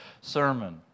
sermon